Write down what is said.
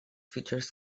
features